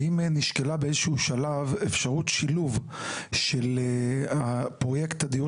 האם נשקלה באיזשהו שלב אפשרות שילוב של פרויקט הדיור